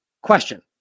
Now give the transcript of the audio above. question